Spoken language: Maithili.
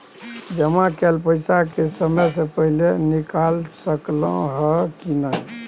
जमा कैल पैसा के समय से पहिले निकाल सकलौं ह की नय?